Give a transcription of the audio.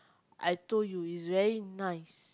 I told you it's very nice